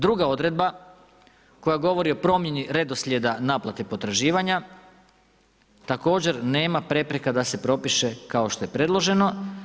Druga odredba koja govori o promjeni redoslijeda naplate potraživanja također nema prepreka da se propiše kao što je predloženo.